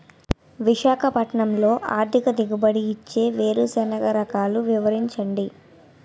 విశాఖపట్నంలో అధిక దిగుబడి ఇచ్చే వేరుసెనగ రకాలు వివరించండి?